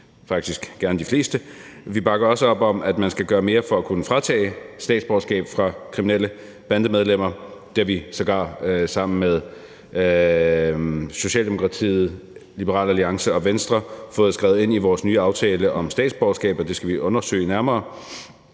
faktisk gerne de fleste. Vi bakker også op om, at man skal gøre mere for at kunne fratage kriminelle bandemedlemmer deres statsborgerskab. Det har vi sågar sammen med Socialdemokratiet, Liberal Alliance og Venstre fået skrevet ind i vores nye aftale om statsborgerskab, og det skal vi have undersøgt nærmere.